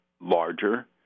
larger